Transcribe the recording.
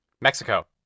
Mexico